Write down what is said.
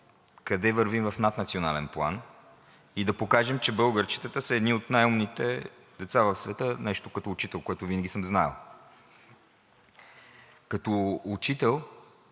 къде вървим в наднационален план и да покажем, че българчетата са едни от най-умните деца в света, нещо, което винаги съм знаел като учител.